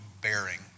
bearing